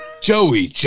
Joey